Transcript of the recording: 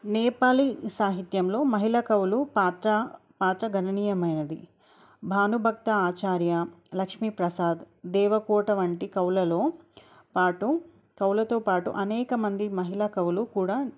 నేపాలి సాహిత్యంలో మహిళ కవులు పాత్ర పాత్ర గణనీయమైనది భానుభక్త ఆచార్య లక్ష్మీ ప్రసాద్ దేవకోట వంటి కవులలో పాటు కవులతో పాటు అనేకమంది మహిళ కవులు కూడా